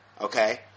Okay